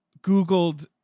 Googled